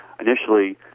initially